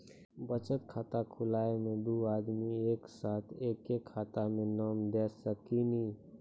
बचत खाता खुलाए मे दू आदमी एक साथ एके खाता मे नाम दे सकी नी?